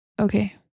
Okay